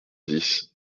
dix